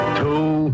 two